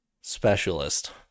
specialist